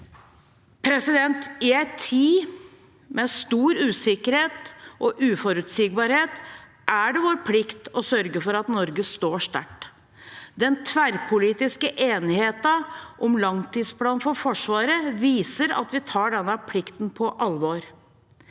stabilitet. I en tid med stor usikkerhet og uforutsigbarhet er det vår plikt å sørge for at Norge står sterkt. Den tverrpolitiske enigheten om langtidsplanen for Forsvaret viser at vi tar denne plikten på alvor.